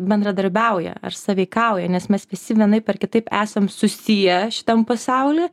bendradarbiauja ar sąveikauja nes mes visi vienaip ar kitaip esam susiję šitam pasauly